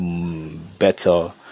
better